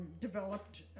developed